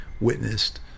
witnessed